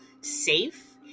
safe